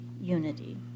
unity